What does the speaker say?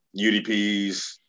UDPs